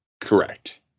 Correct